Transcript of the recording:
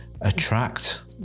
attract